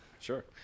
sure